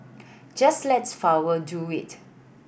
just let flower do it